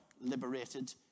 liberated